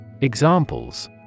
Examples